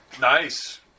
Nice